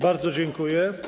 Bardzo dziękuję.